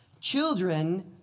Children